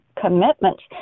commitments